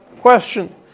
question